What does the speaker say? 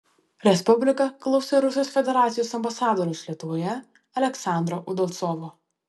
respublika klausė rusijos federacijos ambasadoriaus lietuvoje aleksandro udalcovo